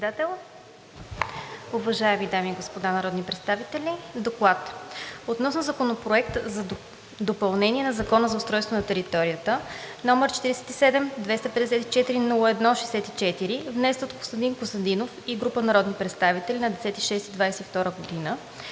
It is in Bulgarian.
„ДОКЛАД относно Законопроект за допълнение на Закона за устройство на територията, № 47-254-01-64, внесен от Костадин Костадинов и група народни представители на 10 юни 2022 г.;